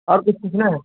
और कुछ पूछना है